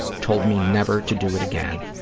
told me never to do it again,